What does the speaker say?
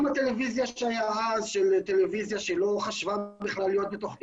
הטלויזיה שהיה אז של טלוויזיה שלא חשבה בכלל להיות בתוך אינטרנט,